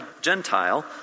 Gentile